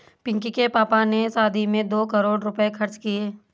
पिंकी के पापा ने शादी में दो करोड़ रुपए खर्च किए